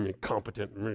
Competent